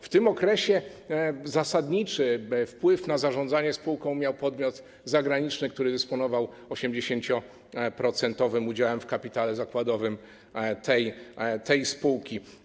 W tym okresie zasadniczy wpływ na zarządzanie spółką miał podmiot zagraniczny, który dysponował 80-procentowym udziałem w kapitale zakładowym tej spółki.